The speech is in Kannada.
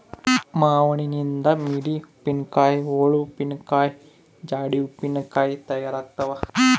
ಮಾವಿನನಿಂದ ಮಿಡಿ ಉಪ್ಪಿನಕಾಯಿ, ಓಳು ಉಪ್ಪಿನಕಾಯಿ, ಜಾಡಿ ಉಪ್ಪಿನಕಾಯಿ ತಯಾರಾಗ್ತಾವ